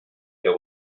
der